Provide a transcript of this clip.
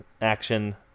action